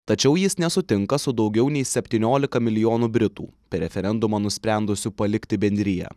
tačiau jis nesutinka su daugiau nei septyniolika milijonų britų per referendumą nusprendusių palikti bendriją